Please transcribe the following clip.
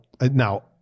now